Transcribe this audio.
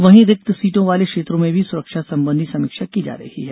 वहीं रिक्त सीटों वाले क्षेत्रों में भी सुरक्षा संबंधी समीक्षा की जा रही है